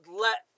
let